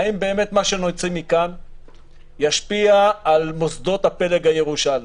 האם מה שנוציא מכאן ישפיע על מוסדות הפלג הירושלמי?